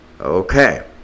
Okay